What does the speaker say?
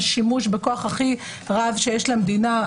השימוש בכוח הכי רב שיש למדינה,